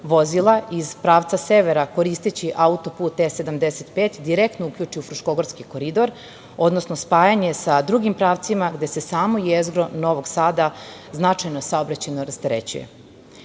vozila iz pravca severa koristeći autoput T75 direktno uključi u Fruškogorski koridor, odnosno spajanje sa drugim pravcima gde se samo jezgro Novog Sada značajno saobraćajno rasterećuje. Takođe,